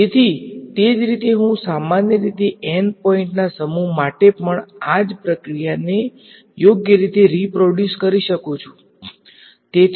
તેથી તે જ રીતે હું સામાન્ય રીતે n પોઈન્ટના સમૂહ માટે પણ આ પ્રક્રિયાને યોગ્ય રીતે રીપ્રોડયુસ કરી શકું છું